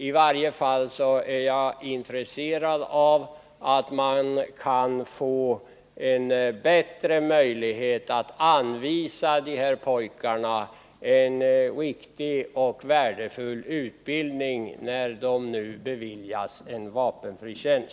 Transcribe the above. I varje fall är jag intresserad av att man kan förbättra möjligheterna att anvisa de pojkar som beviljas vapenfri tjänst en riktig och värdefull utbildning.